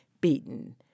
beaten